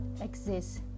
exist